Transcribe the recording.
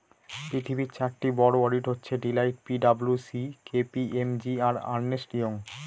পৃথিবীর চারটি বড়ো অডিট হচ্ছে Deloitte P W C K P M G আর আর্নেস্ট ইয়ং